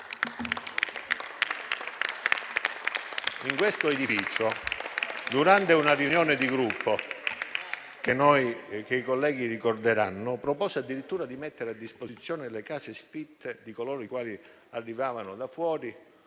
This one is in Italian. in questo edificio, durante una riunione di Gruppo che i colleghi ricorderanno, propose addirittura di mettere a disposizione le case sfitte per le persone che arrivavano nelle